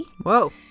Whoa